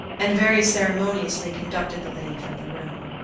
and very ceremoniously conducted the lady from the room.